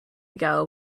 ago